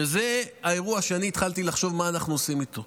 שזה אירוע שאני התחלתי לחשוב מה אנחנו עושים איתו.